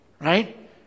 Right